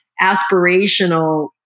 aspirational